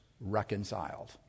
reconciled